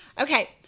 Okay